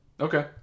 okay